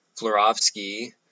Florovsky